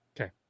Okay